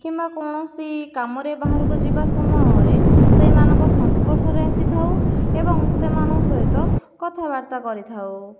କିମ୍ବା କୌଣସି କାମରେ ବାହାରକୁ ଯିବା ସମୟରେ ସେଇମାନଙ୍କ ସଂସ୍ପର୍ଶରେ ଆସିଥାଉ ଏବଂ ସେମାନଙ୍କ ସହିତ କଥାବାର୍ତ୍ତା କରିଥାଉ